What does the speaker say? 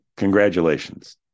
Congratulations